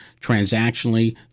transactionally